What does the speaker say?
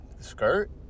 skirt